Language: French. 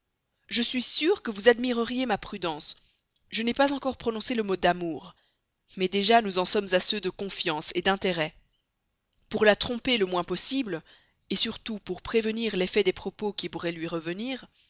je suis sûr que vous admireriez ma prudence je n'ai pas encore prononcé le mot d'amour mais déjà nous en sommes à ceux de confiance et d'intérêt pour la tromper le moins possible surtout pour prévenir l'effet des propos qui pourraient lui revenir